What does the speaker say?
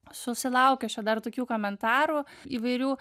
susilaukiu aš čia dar tokių komentarų įvairių